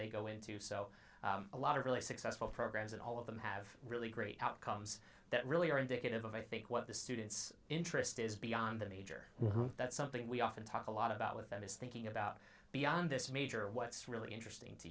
they go into so a lot of really successful programs and all of them have really great outcomes that really are indicative of i think what the students interest is beyond the major that's something we often talk a lot about with them is thinking about beyond this major what's really interesting